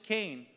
Cain